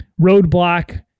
roadblock